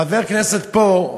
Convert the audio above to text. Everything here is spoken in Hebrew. חבר כנסת פה,